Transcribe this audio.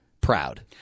proud